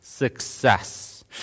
Success